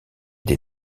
des